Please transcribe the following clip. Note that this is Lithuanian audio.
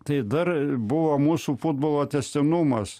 tai dar buvo mūsų futbolo tęstinumas